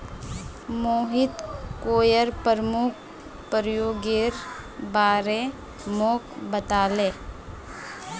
Mohit coir प्रमुख प्रयोगेर बारे मोक बताले